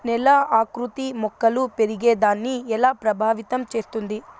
నేల ఆకృతి మొక్కలు పెరిగేదాన్ని ఎలా ప్రభావితం చేస్తుంది?